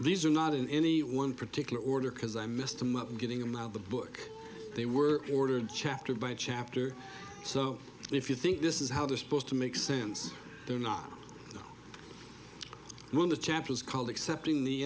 these are not in any one particular order because i missed them up getting them out of the book they were ordered chapter by chapter so if you think this is how they're supposed to make sense they're not when the chapter is called accepting the